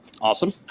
Awesome